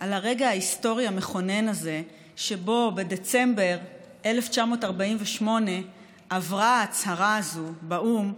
על הרגע ההיסטורי המכונן הזה שבו בדצמבר 1948 עברה ההצהרה הזו באו"ם.